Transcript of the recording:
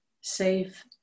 safe